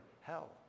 hell